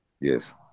yes